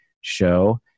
show